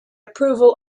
approval